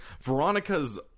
Veronica's